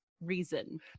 reason